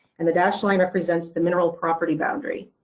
and the dashed line represents the mineral property boundary